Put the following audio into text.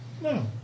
No